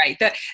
right